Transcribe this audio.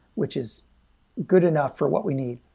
which is good enough for what we need.